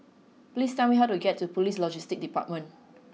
please tell me how to get to Police Logistics Department